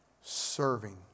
serving